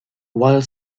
while